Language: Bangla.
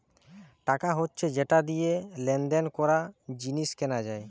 টাকা হচ্ছে যেটা দিয়ে লেনদেন করা, জিনিস কেনা যায়